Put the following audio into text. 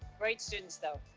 great students though.